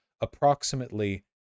Approximately